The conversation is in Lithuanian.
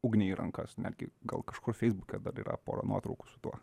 ugnį į rankas netgi gal kažkur feisbuke dar yra pora nuotraukų su tuo